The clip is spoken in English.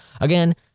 Again